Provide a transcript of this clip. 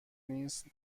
نیست